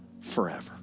forever